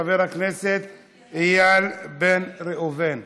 חבר הכנסת איל בן ראובן.